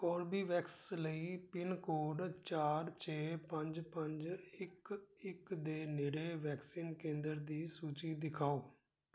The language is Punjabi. ਕੋਰਬੀਵੈਕਸ ਲਈ ਪਿੰਨਕੋਡ ਚਾਰ ਛੇ ਪੰਜ ਪੰਜ ਇੱਕ ਇੱਕ ਦੇ ਨੇੜੇ ਵੈਕਸੀਨ ਕੇਂਦਰ ਦੀ ਸੂਚੀ ਦਿਖਾਓ